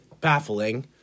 baffling